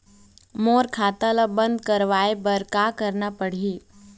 मोर खाता ला बंद करवाए बर का करना पड़ही?